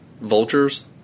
vultures